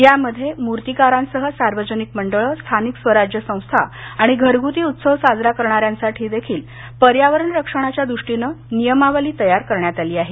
यामध्ये मूर्तीकारांसह सार्वजनिक मंडळं स्थानिक स्वराज्य संस्था आणि घरगुती उत्सव साजरा करणाऱ्यांसाठी देखील पर्यावरण रक्षणाच्या द्रष्टीनं नियमावली तयार करण्यात आली आहे